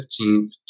15th